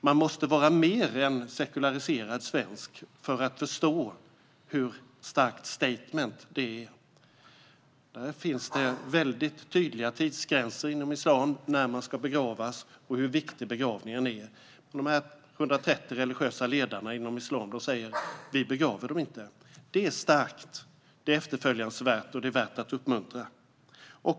Man måste vara mer än sekulariserad svensk för att förstå vilket starkt statement det är. Det finns tydliga tidsgränser inom islam för när man ska begravas, och begravningen är väldigt viktig. Dessa 130 religiösa ledare inom islam säger: Vi begraver dem inte. Detta är starkt, efterföljansvärt och värt att uppmuntra.